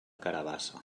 carabassa